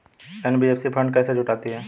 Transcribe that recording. NBFC fund कैसे जुटाती है?